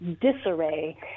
disarray